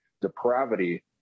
depravity